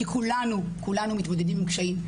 כי כולנו מתמודדים עם קשיים.